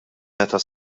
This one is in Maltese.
meta